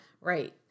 Right